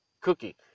cookie